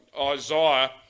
Isaiah